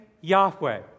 Yahweh